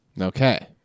Okay